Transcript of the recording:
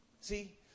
see